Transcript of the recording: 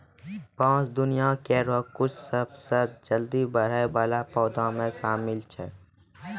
बांस दुनिया केरो कुछ सबसें जल्दी बढ़ै वाला पौधा म शामिल छै